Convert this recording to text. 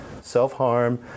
Self-harm